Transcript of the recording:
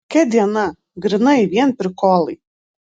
kokia diena grynai vien prikolai